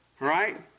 Right